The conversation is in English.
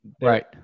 Right